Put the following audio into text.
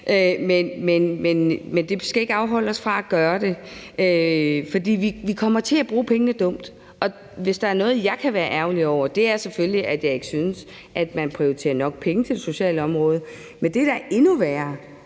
men det skal ikke afholde os fra gøre det, for vi kommer til at bruge pengene dumt. Og hvis der er noget, jeg kan være ærgerlig over, er det selvfølgelig, at jeg ikke synes, man prioriterer nok penge til socialområdet, men det, der er endnu værre,